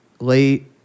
late